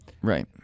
Right